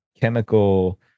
chemical